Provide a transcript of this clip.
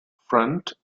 front